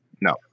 No